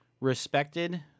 respected